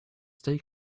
stay